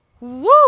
Woo